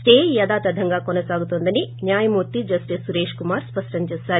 stay యధాతంధంగా కొనసాగుతుదని న్యాయమూర్తి జస్టిస్ సురేష్ కుమార్ స్పష్టం చేశారు